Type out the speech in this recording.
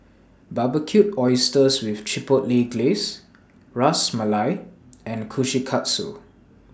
Barbecued Oysters with Chipotle Glaze Ras Malai and Kushikatsu